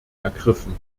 ergriffen